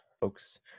folks